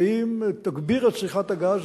ואם תגביר את צריכת הגז,